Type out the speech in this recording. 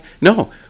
no